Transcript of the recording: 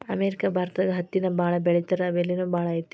America ಭಾರತದಾಗ ಹತ್ತಿನ ಬಾಳ ಬೆಳಿತಾರಾ ಬೆಲಿನು ಬಾಳ ಐತಿ